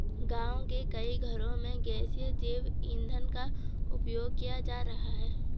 गाँव के कई घरों में गैसीय जैव ईंधन का उपयोग किया जा रहा है